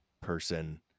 person